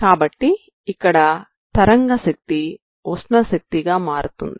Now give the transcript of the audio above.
కాబట్టి ఇక్కడ తరంగ శక్తి ఉష్ణ శక్తిగా మారుతుంది